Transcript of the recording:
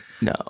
No